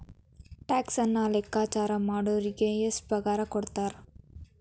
ಟ್ಯಾಕ್ಸನ್ನ ಲೆಕ್ಕಾಚಾರಾ ಮಾಡೊರಿಗೆ ಎಷ್ಟ್ ಪಗಾರಕೊಡ್ತಾರ??